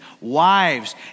wives